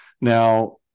Now